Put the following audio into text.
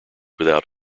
without